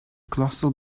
colossal